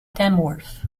tamworth